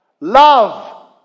Love